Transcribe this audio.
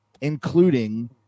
including